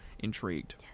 Intrigued